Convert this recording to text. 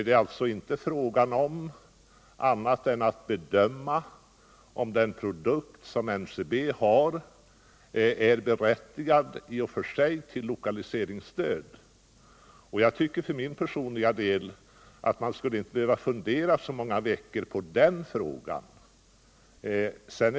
Det är alltså inte fråga om annat än att bedöma om den produkt som NCB har i och för sig är berättigad till lokaliserinesstöd. Jag tycker för min personliga del att man inte skulle behöva fundera så många veckor på den frågan.